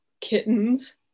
kittens